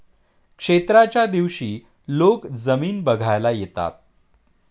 क्षेत्राच्या दिवशी लोक जमीन बघायला येतात